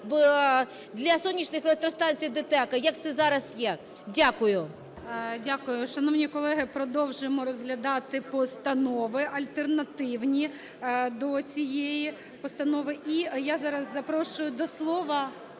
для сонячних електростанцій ДТЕК, - як це зараз є. Дякую. 13:24:37 ГОЛОВУЮЧИЙ. Дякую. Шановні колеги, продовжуємо розглядати постанови альтернативні до цієї постанови. І я зараз запрошую до слова…